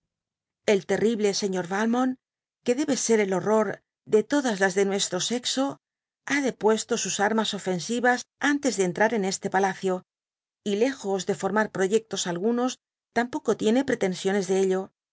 temor terrible señor valmont qae debe ser el horror de todas las de luiestro sexo ha depuesto sus armas ofimsúras antes de entrar en este pa laeio y lejos de formarproyectos algunos tarntpoco tiese pretensiones e ello